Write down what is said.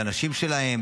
לנשים שלהם,